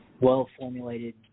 well-formulated